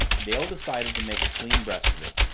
dale decided to make a clean breast of it,